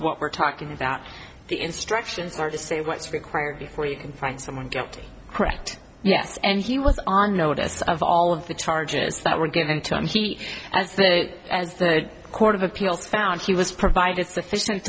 what we're talking about the instructions are to say what's required before you can find someone guilty correct yes and he was on notice of all of the charges that were given to him he as the as the court of appeals found he was provided sufficient